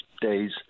days